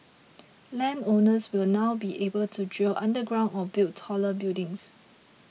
land owners will now be able to drill underground or build taller buildings